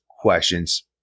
questions